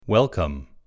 Welcome